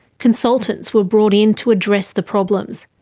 consultants were brought in to address the problems.